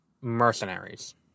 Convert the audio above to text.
Mercenaries